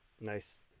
Nice